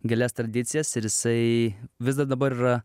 gilias tradicijas ir jisai vis dar dabar yra